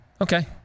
Okay